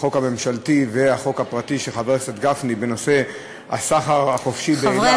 החוק הממשלתי והחוק הפרטי של חבר הכנסת גפני בנושא הסחר החופשי באילת,